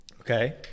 Okay